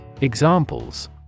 Examples